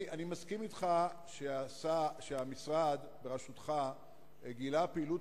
אני מסכים אתך שהמשרד בראשותך גילה פעילות